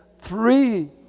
three